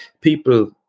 people